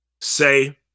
say